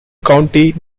county